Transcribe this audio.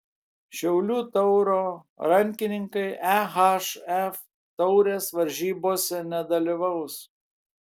šiaulių tauro rankininkai ehf taurės varžybose nedalyvaus